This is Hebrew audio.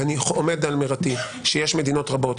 ואני עומד על אמירתי שיש מדינות רבות,